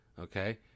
okay